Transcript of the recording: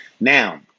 Now